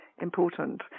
important